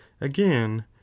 Again